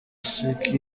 sheikh